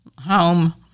home